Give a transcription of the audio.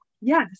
Yes